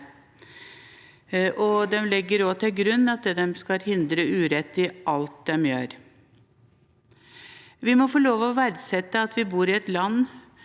De legger også til grunn å hindre urett i alt de gjør. Vi må få lov til å verdsette at vi bor i et land